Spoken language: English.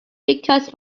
because